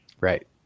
Right